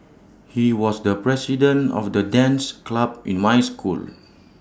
he was the president of the dance club in my school